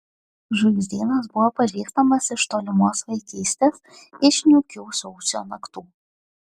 žvaigždynas buvo pažįstamas iš tolimos vaikystės iš niūkių sausio naktų